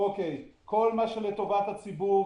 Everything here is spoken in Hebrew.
כל מה שלטובת הציבור,